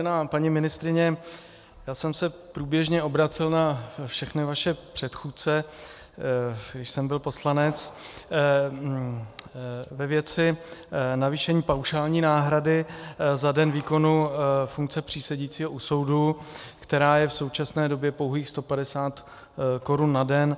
Vážená paní ministryně, já jsem se průběžně obracel na všechny vaše předchůdce, když jsem byl poslanec, ve věci navýšení paušální náhrady za den výkonu funkce přísedícího u soudu, která je v současné době pouhých 150 korun na den.